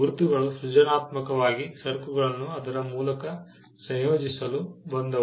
ಗುರುತುಗಳು ಸೃಜನಾತ್ಮಕವಾಗಿ ಸರಕುಗಳನ್ನು ಅದರ ಮೂಲಕ ಸಂಯೋಜಿಸಲು ಬಂದವು